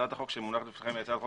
הצעת החוק שמונחת בפניכם היא הצעת חוק